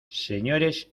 señores